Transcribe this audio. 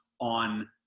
on